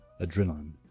adrenaline